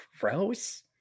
gross